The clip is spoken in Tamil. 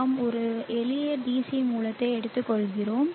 நாம் ஒரு எளிய DC மூலத்தை எடுத்துக்கொள்கிறோம்